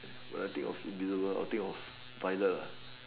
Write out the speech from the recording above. when I think of invisible I'll think of violet lah